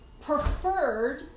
Preferred